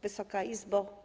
Wysoka Izbo!